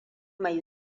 mai